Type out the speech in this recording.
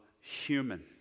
human